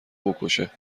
بکشه